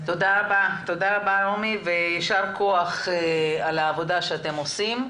תודה רבה רומי ויישר כח על העבודה שאתם עושים.